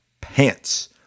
pants